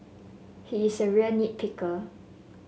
he is a real nit picker